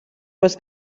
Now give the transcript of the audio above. was